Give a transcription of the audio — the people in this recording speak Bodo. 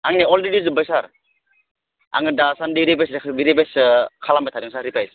आंनिया अलरिडि जोब्बाय सार आङो दासान्दि रिभाइस रिभाइससो खालामबाय थादों सार रिभाइस